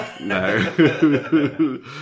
No